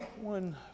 one